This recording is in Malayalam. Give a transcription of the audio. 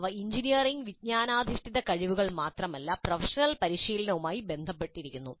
അവ എഞ്ചിനീയറിംഗ് വിജ്ഞാനാധിഷ്ഠിത കഴിവുകൾ മാത്രമല്ല പ്രൊഫഷണൽ പരിശീലനവുമായി ബന്ധപ്പെട്ടിരിക്കുന്നു